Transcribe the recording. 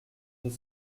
deux